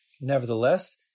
nevertheless